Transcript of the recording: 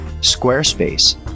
Squarespace